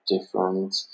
different